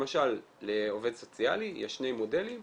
למשל לעובד סוציאלי יש שני מודלים,